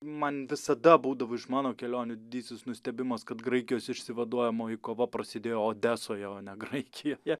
man visada būdavo iš mano kelionių didysis nustebimas kad graikijos išsivaduojamoji kova prasidėjo odesoje o ne graikijoje